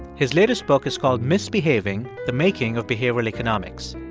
his latest book is called misbehaving the making of behavioral economics.